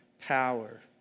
power